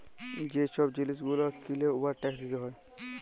যে ছব জিলিস গুলা কিলে উয়ার ট্যাকস দিতে হ্যয়